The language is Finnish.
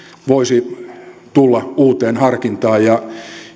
voisi tulla uuteen harkintaan ja